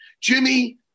Jimmy